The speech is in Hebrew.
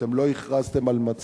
אתם לא הכרזתם על מצב